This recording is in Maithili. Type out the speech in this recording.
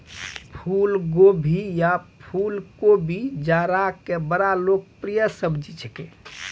फुलगोभी या फुलकोबी जाड़ा के बड़ा लोकप्रिय सब्जी छेकै